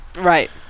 Right